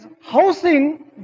housing